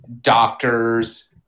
doctors